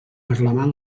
reclamar